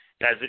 guys